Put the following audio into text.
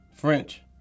French